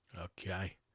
Okay